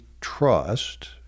trust